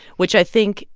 which, i think,